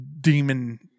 demon